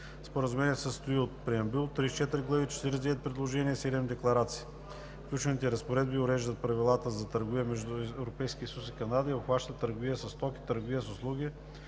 Споразумението се състои от преамбюл, 34 глави, 49 приложения и 7 декларации. Включените разпоредби уреждат правилата за търговия между Европейския съюз и Канада и обхващат търговия със стоки, търговия с услуги,